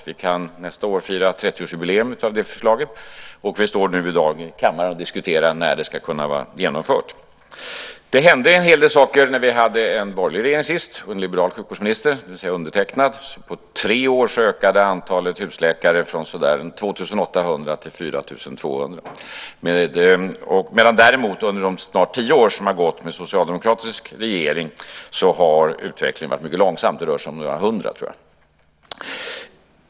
Nästa år kan vi fira 30-årsjubileum av det förslaget, och vi står nu i dag i kammaren och diskuterar när det ska kunna vara genomfört. Det hände en hel del saker när vi hade en borgerlig regering med en liberal sjukvårdsminister, det vill säga undertecknad, senast. På tre år ökade antalet husläkare från så där 2 800 till 4 200. Men under de snart tio år som har gått med en socialdemokratisk regering har utvecklingen varit mycket långsam. Jag tror att det rör sig om några hundra.